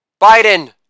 Biden